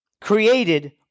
created